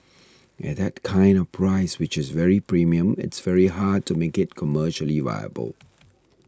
at that kind of price which is very premium it's very hard to make it commercially viable